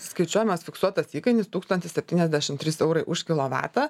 skaičiuojamas fiksuotas įkainis tūkstantis septyniasdešim trys eurai už kilovatą